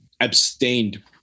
abstained